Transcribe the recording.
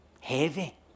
heavy